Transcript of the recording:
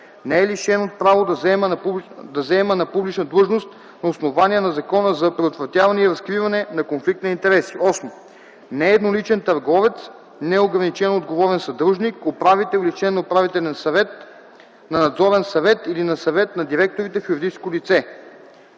не е лишен от право да заема публична длъжност на основание на Закона за предотвратяване и разкриване на конфликт на интереси; 8. не е едноличен търговец, неограничено отговорен съдружник, управител или член на управителен съвет, на надзорен съвет или на съвет на директорите в юридическо лице.”